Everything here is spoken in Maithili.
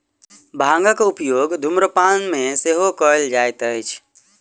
भांगक उपयोग धुम्रपान मे सेहो कयल जाइत अछि